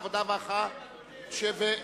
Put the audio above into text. והרווחה, אדוני,